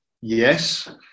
Yes